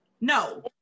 No